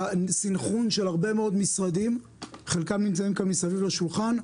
והסנכרון של הרבה מאוד משרדים שחלקם נמצאים כאן מסביב לשולחן,